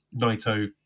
Naito